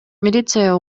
милиция